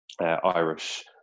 Irish